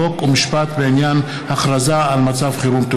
חוק ומשפט בעניין הכרזה על מצב חירום.